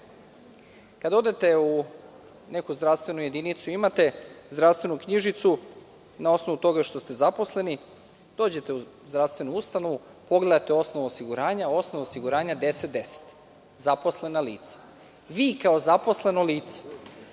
kada odete u neku zdravstvenu jedinicu, imate zdravstvenu knjižicu na osnovu toga što ste zaposleni, dođete u zdravstvenu ustanovu, pogledate osnov osiguranja i osnov osiguranja je 1010 – zaposlena lica. Vi kao zaposleno lice